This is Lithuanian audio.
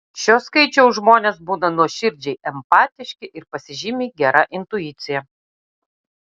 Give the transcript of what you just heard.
šio skaičiaus žmonės būna nuoširdžiai empatiški ir pasižymi gera intuicija